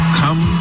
come